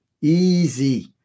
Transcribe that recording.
easy